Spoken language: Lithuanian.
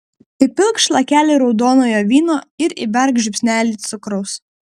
įpilk šlakelį raudonojo vyno ir įberk žiupsnelį cukraus